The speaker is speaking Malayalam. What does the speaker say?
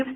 എഫ്